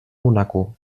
monaco